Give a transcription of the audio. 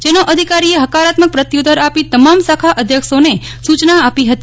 જેનો અધિકારીએ ફકારાત્મક પ્રત્યુત્તર આપી તમામ શાખા અધ્યક્ષોને સૂચના આપી ફતી